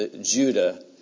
Judah